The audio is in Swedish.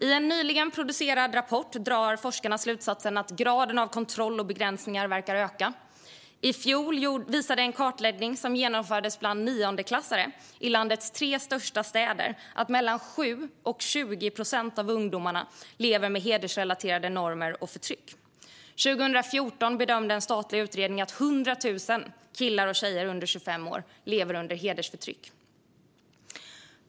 I en nyligen producerad rapport drar forskarna slutsatsen att graden av kontroll och begränsningar verkar öka. I fjol visade en kartläggning som genomfördes bland niondeklassare i landets tre största städer att mellan 7 och 20 procent av ungdomarna lever med hedersrelaterade normer och förtryck. År 2014 bedömde en statlig utredning att 100 000 killar och tjejer under 25 år lever under hedersförtryck.